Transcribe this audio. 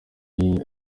yari